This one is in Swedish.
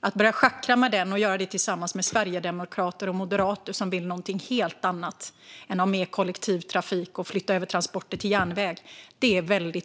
Att börja schackra med den är väldigt olyckligt - och särskilt att göra det tillsammans med sverigedemokrater och moderater, som vill någonting helt annat än att ha mer kollektivtrafik och att flytta över transporter till järnväg. Liera er i